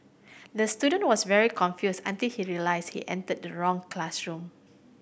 the student was very confused until he realised he entered the wrong classroom